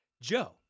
Joe